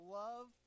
love